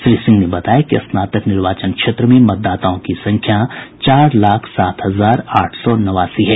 श्री सिंह ने बताया कि स्नातक निर्वाचन क्षेत्र में मतदाताओं की संख्या चार लाख सात हजार आठ सौ नवासी है